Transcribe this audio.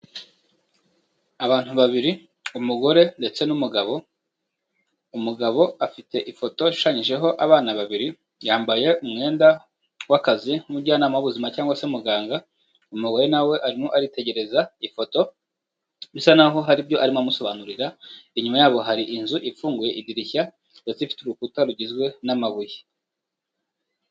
Abantu babiri, umugore ndetse n'umugabo, umugabo afite ifoto ishushanyijeho abana babiri, yambaye umwenda w'akazi nk'umujyanama w'ubuzima cyangwase muganga, umugore na we arimo aritegereza ifoto, bisa n'aho hari ibyo arimo amusobanurira, inyuma yabo hari inzu ifunguye idirishya, ndetse ifite urukuta rugizwe n'amabuye.